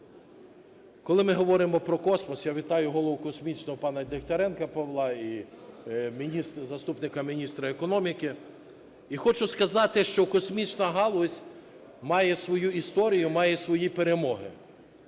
Коли ми говоримо про космос, я вітаю голову космічного… пана Дегтяренка Павла і заступника міністра економіки, і хочу сказати, що космічна галузь має свою історію, має свої перемоги.